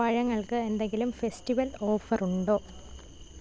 പഴങ്ങൾക്ക് എന്തെങ്കിലും festival offer ഉണ്ടോ